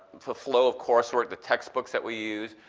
the flow of course work, the textbooks that we use,